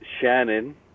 Shannon